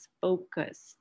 focused